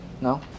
No